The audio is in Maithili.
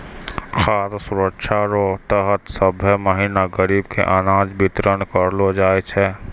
खाद सुरक्षा रो तहत सभ्भे महीना गरीब के अनाज बितरन करलो जाय छै